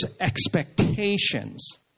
expectations